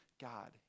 God